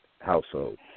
household